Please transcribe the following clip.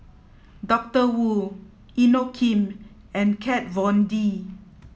Doctor Wu Inokim and Kat Von D